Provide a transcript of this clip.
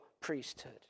priesthood